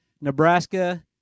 Nebraska